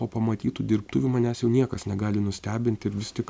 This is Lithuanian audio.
po pamatytų dirbtuvių manęs jau niekas negali nustebinti ir vis tik